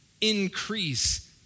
increase